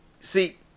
See